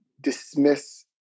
dismiss